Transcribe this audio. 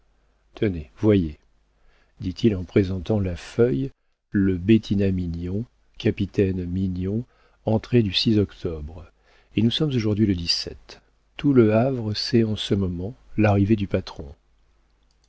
marseille tenez voyez dit-il en présentant la feuille le bettina mignon capitaine mignon entré du et nous sommes aujourd'hui le tout le havre sait en ce moment l'arrivée du patron